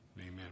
Amen